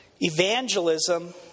Evangelism